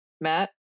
Matt